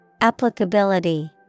Applicability